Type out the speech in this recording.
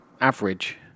average